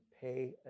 pay